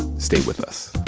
stay with us